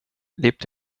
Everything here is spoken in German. lebt